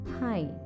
hi